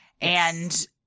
And-